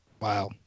Wow